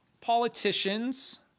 politicians